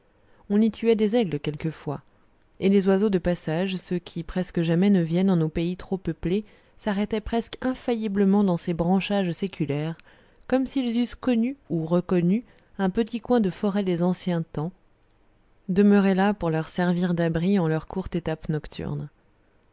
on y tuait des aigles quelquefois et les oiseaux de passage ceux qui presque jamais ne viennent en nos pays trop peuplés s'arrêtaient presque infailliblement dans ces branchages séculaires comme s'ils eussent connu ou reconnu un petit coin de forêt des anciens temps demeuré là pour leur servir d'abri en leur courte étape nocturne